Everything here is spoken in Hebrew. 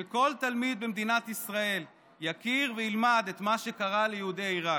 שכל תלמיד במדינת ישראל יכיר וילמד את מה שקרה ליהודי עיראק,